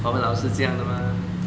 华文老师这样的吗